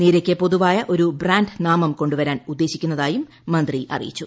നീരയ്ക്ക് പൊതുവായ ഒരു ബ്രാന്റ് നാമം കൊണ്ടുവരാൻ ഉദ്ദേശിക്കുന്നതായും മന്ത്രി അറിയിച്ചു